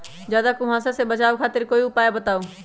ज्यादा कुहासा से बचाव खातिर कोई उपाय बताऊ?